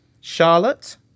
Charlotte